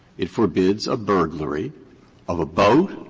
it forbids a burglary of a boat,